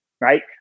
right